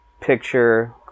picture